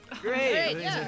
Great